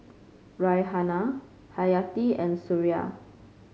Raihana Hayati and Suria